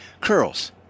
curls